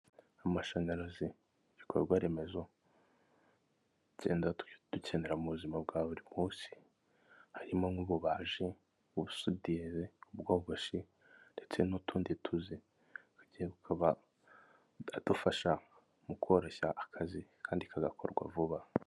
Amashanyarazi ibikorwa remezo tugenda dukenera mu buzima bwa buri munsi harimo nk'ububaji, busudizi, ubwogoshi ndetse n'utundi tuzi tugiye tukaba adufasha mu koroshya akazi kandi kagakorwa vuba.